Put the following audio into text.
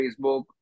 Facebook